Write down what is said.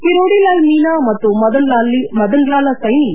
ಕಿರೋಡಿ ಲಾಲ್ ಮೀನಾ ಮತ್ತು ಮದನ್ ಲಾಲಾ ಸೈನಿ